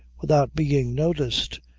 without being noticed,